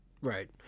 Right